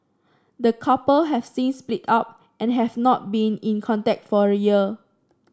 the couple have since split up and have not been in contact for a year